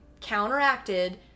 counteracted